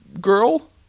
girl